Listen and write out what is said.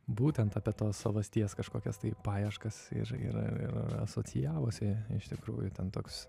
būtent apie tos savasties kažkokias tai paieškas ir ir ir ir asocijavosi iš tikrųjų ten toks